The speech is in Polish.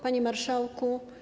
Panie Marszałku!